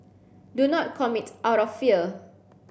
do not commit out of fear